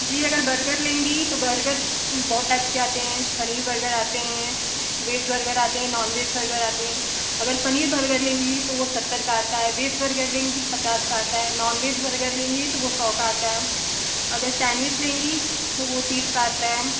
जी अगर बर्गर लेंगी तो बर्गर बहुत टाइप के आते हैं पनीर बर्गर आते हैं वेज बर्गर आते हैं नॉनवेज बर्गर आते हैं अगर पनीर बर्गर लेंगी तो वो सत्तर का आता है वेज बर्गर लेंगी पचास का आता है नॉनवेज बर्गर लेंगी तो वो सौ का आता है अगर सैंडविच लेंगी तो वो तीस का आता है